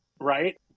Right